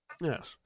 Yes